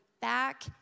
back